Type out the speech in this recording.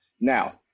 Now